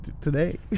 Today